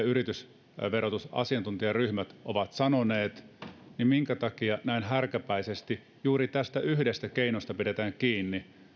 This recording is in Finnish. yritysverotusasiantuntijaryhmät ovat sanoneet minkä takia näin härkäpäisesti juuri tästä yhdestä keinosta pidetään kiinni